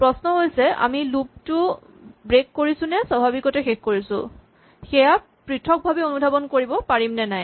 প্ৰশ্ন হৈছে যে আমি লুপ টো ব্ৰেক কৰিছো নে স্বাভাৱিকতে শেষ কৰিছো সেয়া পৃথকভাৱে অনুধাৱন কৰিম পাৰিম নে নাই